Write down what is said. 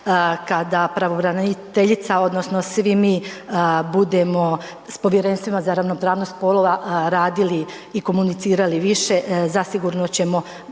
kada pravobraniteljica odnosno svi mi budemo s povjerenstvima za ravnopravnost spolova radili i komunicirali više zasigurno ćemo